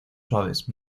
suaves